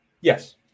Yes